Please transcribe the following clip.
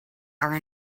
are